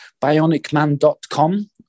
bionicman.com